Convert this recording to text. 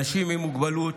אנשים עם מוגבלות,